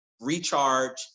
recharge